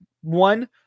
one